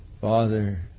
Father